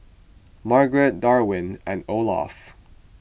Margaret Darwyn and Olaf